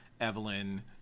Evelyn